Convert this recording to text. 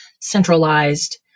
centralized